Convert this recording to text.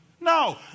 No